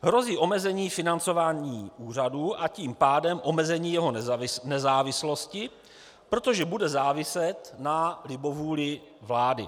Hrozí omezení financování úřadu, a tím pádem omezení jeho nezávislosti, protože bude záviset na libovůli vlády.